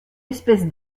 espèce